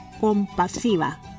compasiva